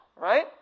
right